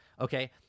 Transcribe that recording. okay